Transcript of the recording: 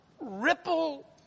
ripple